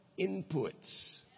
inputs